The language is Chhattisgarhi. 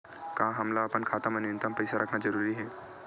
का हमला अपन खाता मा न्यूनतम पईसा रखना जरूरी हे?